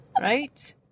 Right